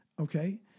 okay